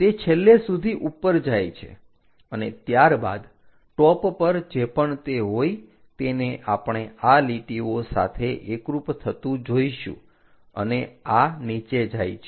તે છેલ્લે સુધી ઉપર જાય છે અને ત્યારબાદ ટોપ પર જે પણ તે હોય તેને આપણે આ લીટીઓ સાથે એકરૂપ થતું જોઈશું અને આ નીચે જાય છે